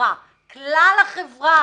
כלל החברה.